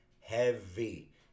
heavy